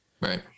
Right